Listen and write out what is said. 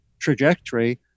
trajectory